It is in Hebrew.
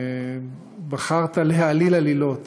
בחרת להעליל עלילות